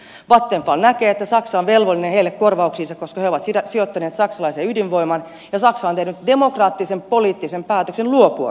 vattenfall näkee että saksa on velvollinen heille korvauksiin koska he ovat sijoittaneet saksalaiseen ydinvoimaan ja saksa on tehnyt demokraattisen poliittisen päätöksen luopua ydinvoimasta